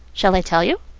shall i tell you.